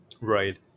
Right